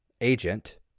agent